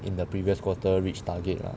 in the previous quarter reach target lah